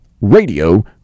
Radio